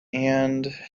and